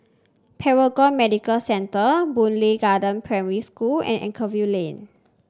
Paragon Medical Centre Boon Lay Garden Primary School and Anchorvale Lane